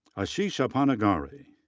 aasish appannagari,